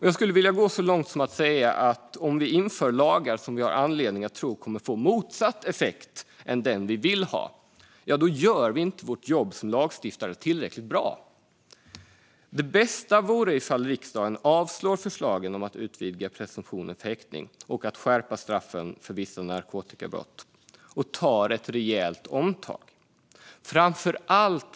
Jag skulle vilja gå så långt som att säga att om vi inför lagar som vi har anledning att tro kommer att få motsatt effekt än den vi vill ha gör vi inte vårt jobb som lagstiftare tillräckligt bra. Det bästa vore om riksdagen avslår förslagen om att utvidga presumtionen för häktning och att skärpa straffen för vissa narkotikabrott och tar ett rejält omtag.